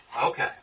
Okay